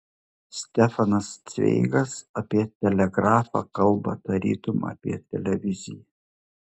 stefanas cveigas apie telegrafą kalba tarytum apie televiziją